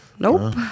Nope